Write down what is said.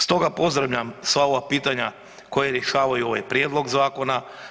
Stoga pozdravljam sva ova pitanja koja rješavaju ovaj Prijedlog zakona.